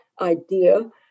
idea